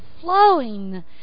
flowing